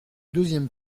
deuxième